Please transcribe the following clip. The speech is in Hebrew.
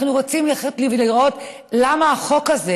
אנחנו רוצים לראות למה החוק הזה,